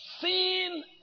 Seen